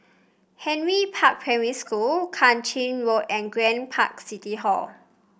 Henry Park Primary School Kang Ching Road and Grand Park City Hall